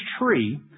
tree